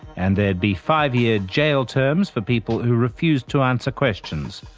and there'd be five-year jail terms for people who refused to answer questions.